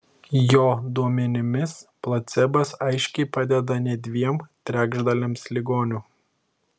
jo duomenimis placebas aiškiai padeda net dviem trečdaliams ligonių